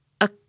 A